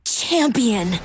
champion